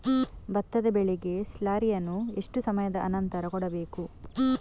ಭತ್ತದ ಬೆಳೆಗೆ ಸ್ಲಾರಿಯನು ಎಷ್ಟು ಸಮಯದ ಆನಂತರ ಕೊಡಬೇಕು?